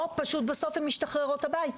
או שבסוף הן משתחררות הביתה.